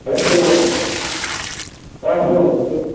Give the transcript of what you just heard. hello சொல்லுங்கள் madam ஆ சொல்லுங்கள் மேடம் கேட்குது